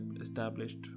established